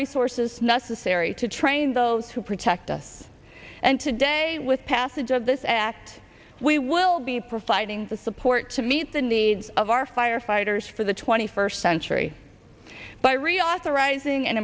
resources necessary to train those who protect us and today with passage of this act we will be providing the support to meet the needs of our firefighters for the twenty first century by reauthorizing and